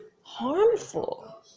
harmful